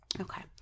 Okay